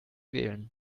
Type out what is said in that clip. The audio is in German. wählen